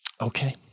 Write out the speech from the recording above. okay